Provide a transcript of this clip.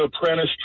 apprentice